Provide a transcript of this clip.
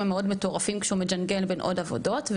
המאוד מטורפים כשהוא מג׳נגל בין עוד עבודות,